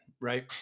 right